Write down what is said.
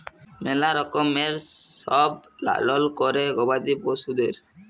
ম্যালা রকমের সব লালল ক্যরে গবাদি পশুদের